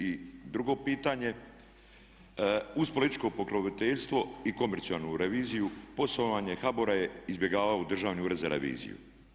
I drugo pitanje, uz političko pokroviteljstvo i komercijalnu reviziju poslovanje HBOR-a je izbjegavao Državni ured za reviziju.